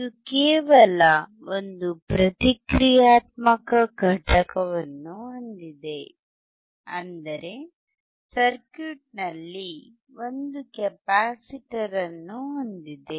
ಇದು ಕೇವಲ ಒಂದು ಪ್ರತಿಕ್ರಿಯಾತ್ಮಕ ಘಟಕವನ್ನು ಹೊಂದಿದೆ ಅಂದರೆ ಸರ್ಕ್ಯೂಟ್ನಲ್ಲಿ ಒಂದು ಕೆಪಾಸಿಟರ್ ಅನ್ನು ಹೊಂದಿದೆ